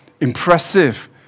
Impressive